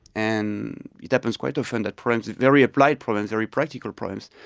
and it happens quite often that problems, very applied problems, very practical problems,